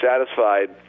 satisfied